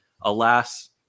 alas